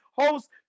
host